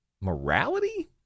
morality